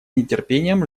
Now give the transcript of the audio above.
нетерпением